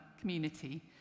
community